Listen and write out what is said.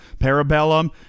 Parabellum